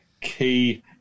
Key